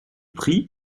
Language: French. prix